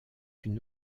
une